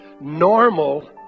normal